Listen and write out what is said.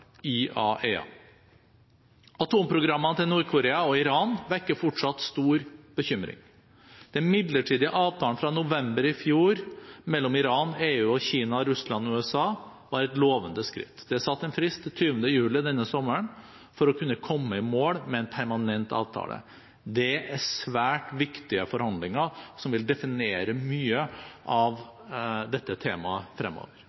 IAEA. Atomprogrammene til Nord-Korea og Iran vekker fortsatt stor bekymring. Den midlertidige avtalen fra november i fjor mellom Iran, EU, Kina, Russland og USA var et lovende skritt. Det er satt en frist til 20. juli denne sommeren for å kunne komme i mål med en permanent avtale. Det er svært viktige forhandlinger, som vil definere mye av dette temaet fremover.